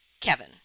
Kevin